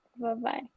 Bye-bye